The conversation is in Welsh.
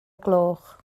gloch